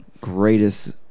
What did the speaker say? greatest